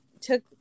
took